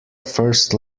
first